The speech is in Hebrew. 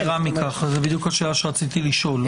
יתרה מכך, זו בדיוק השאלה שרציתי לשאול.